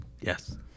Yes